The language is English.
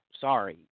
sorry